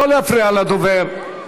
לא להפריע לדובר.